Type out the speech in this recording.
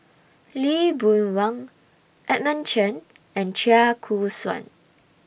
Lee Boon Wang Edmund Chen and Chia Choo Suan